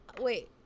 wait